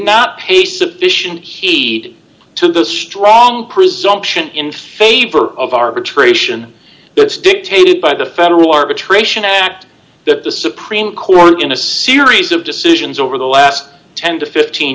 not pay sufficient heed to the strong presumption in favor of arbitration but it's dictated by the federal arbitration act that the supreme court in a series of decisions over the last ten to fifteen